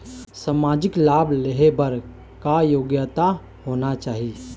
सामाजिक लाभ लेहे बर का योग्यता होना चाही?